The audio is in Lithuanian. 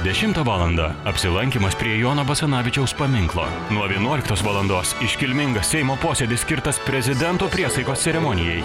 dešimtą valandą apsilankymas prie jono basanavičiaus paminklo nuo vienuoliktos valandos iškilmingas seimo posėdis skirtas prezidento priesaikos ceremonijai